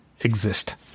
exist